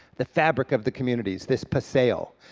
the fabric of the communities, this paseo.